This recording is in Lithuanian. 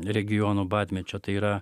regionų badmečio tai yra